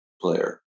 player